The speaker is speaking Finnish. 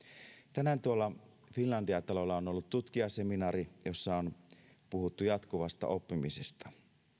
tänään tuolla finlandia talolla on ollut tutkijaseminaari jossa on puhuttu jatkuvasta oppimisesta